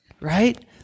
right